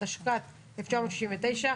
התשכ"ט-1969,